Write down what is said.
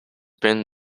been